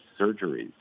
surgeries